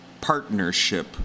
partnership